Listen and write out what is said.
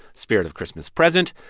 spirit of christmas present,